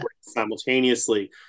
simultaneously